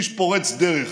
איש פורץ דרך,